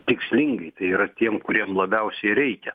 tikslingai tai yra tiem kuriem labiausiai reikia